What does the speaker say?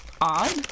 Odd